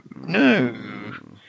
No